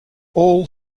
all